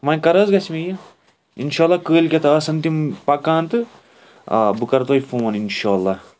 وۄنۍ کَر حَظ گَژھہِ مےٚ یہِ اِنشاء اَللہ کٲلکیٚتھ آسَن تِم پَکان تہٕ آ بہٕ کَرٕ تۄہہِ فون اِنشاء اللہ